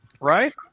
right